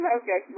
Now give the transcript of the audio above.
okay